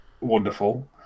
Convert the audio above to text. wonderful